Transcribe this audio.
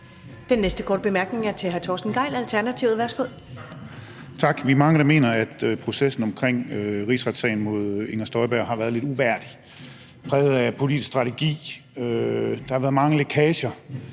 Den næste korte bemærkning er til hr. Torsten Gejl, Alternativet. Værsgo. Kl. 15:32 Torsten Gejl (ALT): Tak. Vi er mange, der mener, at processen omkring rigsretssagen mod Inger Støjberg har været lidt uværdig, præget af politisk strategi – der har været mange lækager